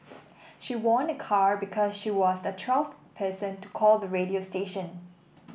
she won a car because she was the twelfth person to call the radio station